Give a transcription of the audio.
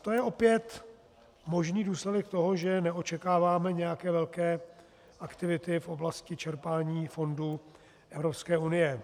To je opět možný důsledek toho, že neočekáváme nějaké velké aktivity v oblasti čerpání fondů Evropské unie.